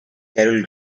carol